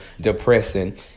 depressing